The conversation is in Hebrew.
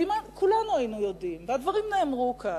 ואם כולנו היינו יודעים, והדברים נאמרו כאן,